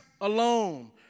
alone